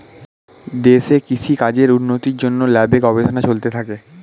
দেশে কৃষি কাজের উন্নতির জন্যে ল্যাবে গবেষণা চলতে থাকে